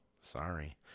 Sorry